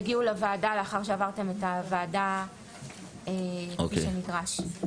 תגיעו לוועדה, לאחר שעברתם את הוועדה כפי שנדרש.